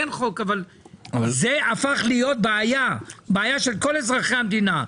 אין חוק אבל זאת הפכה להיות בעיה של כל אזרחי המדינה.